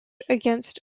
against